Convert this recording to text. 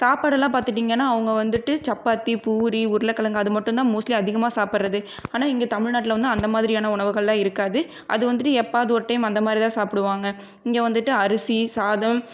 சாப்பாடு எல்லாம் பார்த்திட்டிங்கன்னா அவங்க வந்துட்டு சப்பாத்தி பூரி உருளக்கிழங்கு அது மட்டும்தான் மோஸ்ட்லி அதிகமாக சாப்புடுறது ஆனால் இங்கே தமிழ்நாட்டில் வந்து அந்த மாதிரியான உணவுகள்லாம் இருக்காது அது வந்துட்டு எப்போது ஒரு டையம் அந்த மாதிரிதா சாப்பிடுவாங்க இங்கே வந்துட்டு அரிசி சாதம்